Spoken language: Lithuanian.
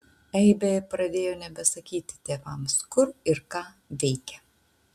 eibė pradėjo nebesakyti tėvams kur ir ką veikia